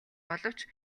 боловч